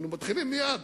היינו מתחילים מייד